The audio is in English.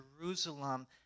Jerusalem